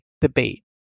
debate